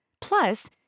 Plus